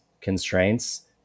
constraints